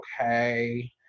okay